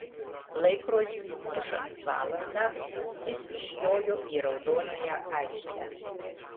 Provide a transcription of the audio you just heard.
laikrodžiui mušant valandą jis išjojo į raudonąją aikštę